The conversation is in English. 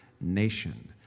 nation